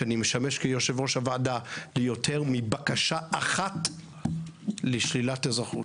שאני משמש כיושב-ראש הוועדה ליותר מבקשה אחת לשלילת האזרחות,